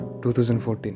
2014